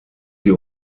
sie